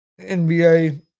NBA